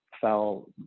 fell